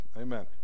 Amen